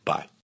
Bye